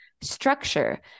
structure